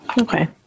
Okay